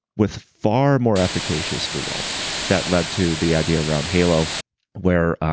with far more efficacious results that led to the idea around halo where.